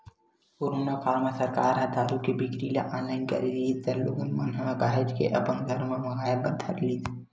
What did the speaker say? corona काल म सरकार ह दारू के बिक्री ल ऑनलाइन करे रिहिस त लोगन मन ह काहेच के अपन घर म मंगाय बर धर लिस